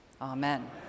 Amen